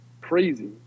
crazy